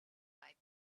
pipe